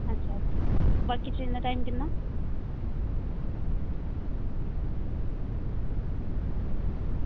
अच्छा अच्छा बाकी ट्रेन दा टाईम किन्ना